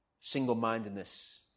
Single-mindedness